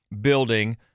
building